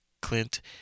Clint